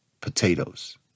potatoes